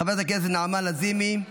חברת הכנסת נעמה לזימי,